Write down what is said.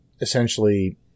Essentially